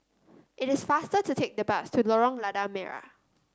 it is faster to take the bus to Lorong Lada Merah